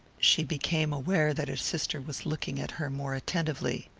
she became aware that her sister was looking at her more attentively.